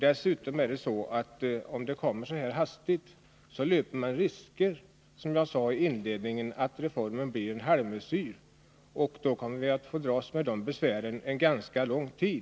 Kommer det så här hastigt löper man också, som jag sade i mitt förra anförande, risken att reformen blir en halvmesyr, och då skulle vi vara tvungna att dras med besvären en ganska lång tid.